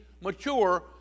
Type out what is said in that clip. mature